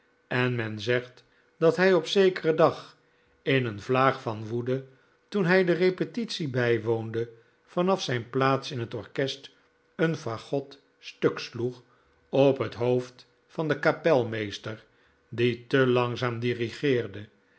en men zegt dat hij op zekeren dag in een vlaag van woede toen hij de repetitie bijwoonde vanaf zijn plaats in het orkest een faggot stuk sloeg op het hoofd van den kapelmeester die te langzaam dirigeerde